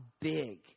big